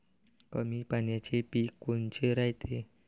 कमी पाण्याचे पीक कोनचे रायते?